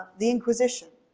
the inquisition,